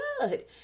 good